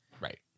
Right